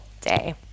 day